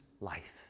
life